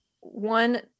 one